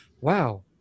Wow